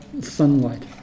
sunlight